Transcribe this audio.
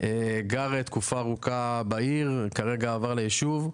גר תקופה ארוכה בעיר כרגע עבר לישוב,